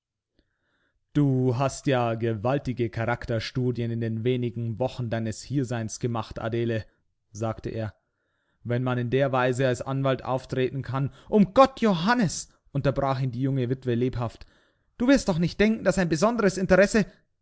du hast ja gewaltige charakterstudien in den wenigen wochen deines hierseins gemacht adele sagte er wenn man in der weise als anwalt auftreten kann um gott johannes unterbrach ihn die junge witwe lebhaft du wirst doch nicht denken daß ein besonderes interesse